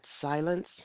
silence